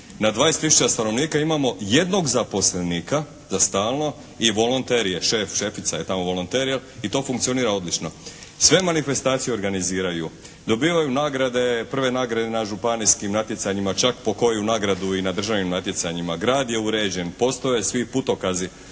na 20 tisuća stanovnika imamo jednog zaposlenika za stalno i volonter je tamo šef, šefica, je tamo volonter i to funkcionira odlično. Sve manifestacije organiziraju, dobivaju prve nagrade na županijskim natjecanjima, čak po koju nagradu i na državnim natjecanjima, grad je uređen, postoje svi putokazi.